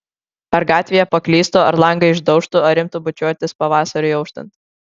ar gatvėje paklystų ar langą išdaužtų ar imtų bučiuotis pavasariui auštant